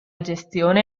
gestione